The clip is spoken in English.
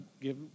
Give